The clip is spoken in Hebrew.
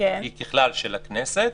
היא ככלל של הכנסת,